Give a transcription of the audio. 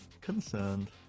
Concerned